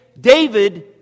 David